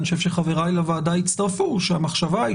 אני חושב שחבריי לוועדה יצטרפו היא שהמחשבה היא